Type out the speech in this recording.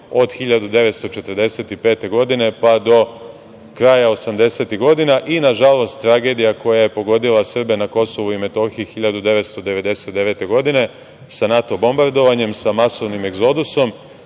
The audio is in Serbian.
od 1945. godine pa do kraja osamdesetih godina i nažalost tragedija koja je pogodila Srbe na Kosovu i Metohiji 1999. godine, sa NATO bombardovanjem, sa masovnim egzodusom. Ta